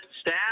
staff